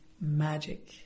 magic